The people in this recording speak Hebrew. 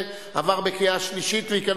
שניתן